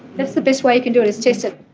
that's the best way you can do it, is test it.